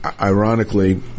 Ironically